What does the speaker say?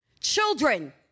Children